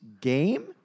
game